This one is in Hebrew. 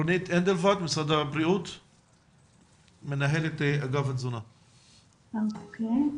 רונית אנדוולט מנהלת אגף תזונה במשרד הבריאות בבקשה.